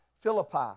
Philippi